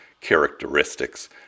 characteristics